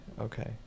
Okay